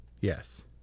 Yes